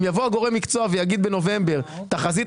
אם יבוא גורם המקצוע ויגיד בנובמבר שתחזית